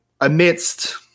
amidst